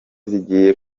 zigiye